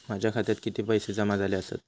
माझ्या खात्यात किती पैसे जमा झाले आसत?